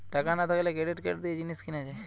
টাকা না থাকলে ক্রেডিট কার্ড দিয়ে জিনিস কিনা যায়